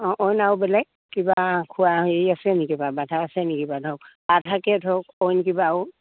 অঁ অইন আও বেলেগ কিবা খোৱা হেৰি আছে নেকি বাৰু বাধা আছে নেকিবা ধৰক ধৰক অইন কিবা আৰু